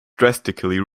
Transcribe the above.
drastically